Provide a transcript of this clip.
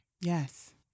yes